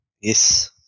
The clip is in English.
Yes